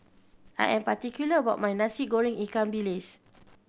I am particular about my Nasi Goreng ikan bilis